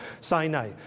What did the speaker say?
Sinai